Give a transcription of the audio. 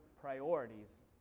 priorities